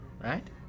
Right